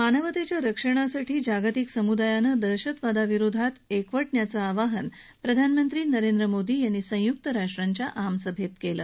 मानवतेच्या रक्षणासाठी जागतिक समुदायानं दहशतवादाविरुद्ध एकवटण्याचं आवाहन प्रधानमंत्री नरेंद्र मोदी यांनी संयुक्त राष्ट्रांच्या आमसभेत केलं